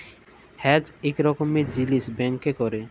hedge ইক রকমের জিলিস ব্যাংকে ক্যরে